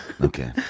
Okay